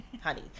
honey